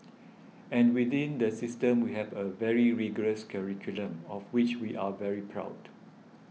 and within the system we have a very rigorous curriculum of which we are very proud